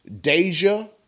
deja